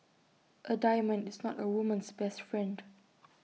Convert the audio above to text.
A diamond is not A woman's best friend